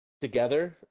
together